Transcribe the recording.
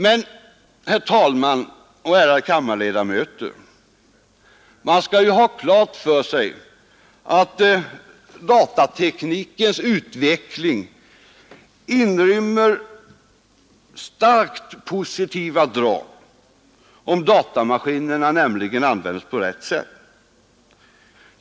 Men, herr talman och ärade kammarledamöter, man bör ha klart för sig att datateknikens utveckling inrymmer starkt positiva drag, nämligen om datamaskinerna används på rätt sätt.